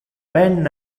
ben